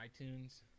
iTunes